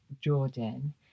Jordan